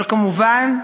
אבל, כמובן,